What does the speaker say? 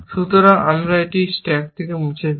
সুতরাং আমরা এটিকে স্ট্যাক থেকে মুছে ফেলি